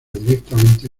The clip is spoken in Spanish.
directamente